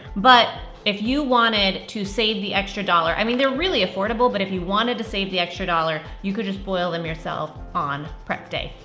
but, if you wanted to save the extra dollar. i mean, they're really affordable, but if you wanted to save the extra dollar you could just boil them yourself on prep day.